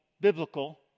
biblical